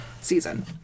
season